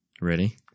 Ready